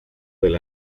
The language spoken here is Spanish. del